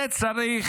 צריך